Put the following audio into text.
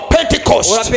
Pentecost